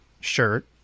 shirt